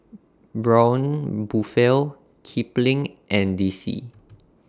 Braun Buffel Kipling and D C